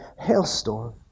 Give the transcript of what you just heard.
hailstorm